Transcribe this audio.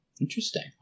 Interesting